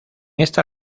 esta